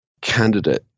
candidate